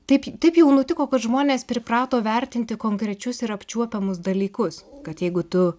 taip taip jau nutiko kad žmonės priprato vertinti konkrečius ir apčiuopiamus dalykus kad jeigu tu